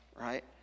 right